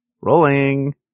Rolling